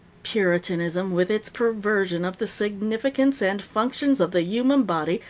puritanism, with its perversion of the significance and functions of the human body,